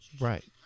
Right